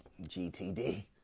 GTD